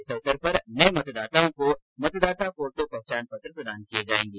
इस अवसर पर नये मतदाताओं को मतदाता फोटो पहचान पत्र प्रदान किये जायेंगे